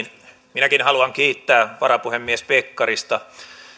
minäkin haluan kiittää varapuhemies pekkarista